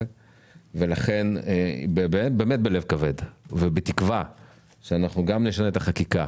ולכן בלב כבד ובתקווה שאנחנו גם נשנה את החקיקה